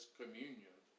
communion